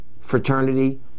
fraternity